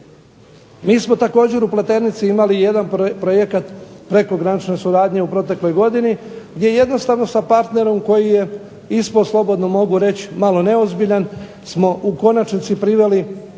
Mi smo također u Pleternici imali jedan projekat prekogranične suradnje u protekloj godini gdje jednostavno sa partnerom koji je ispao slobodno mogu reći malo neozbiljan smo u konačnici priveli